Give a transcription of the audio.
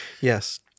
Yes